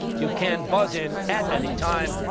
you can buzz in at any time.